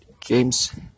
games